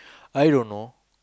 I don't know